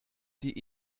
die